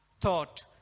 thought